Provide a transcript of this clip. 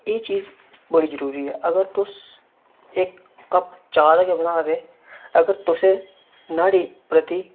एह् चीज़ बड़ी जरुरी ऐ अगर तुस इक कप्प चाऽह् दा गे बनादे अगर तुसे न्हाड़ी प्रति